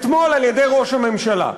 אתמול על-ידי ראש הממשלה.